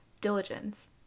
diligence